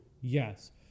Yes